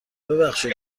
ببخشید